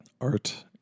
art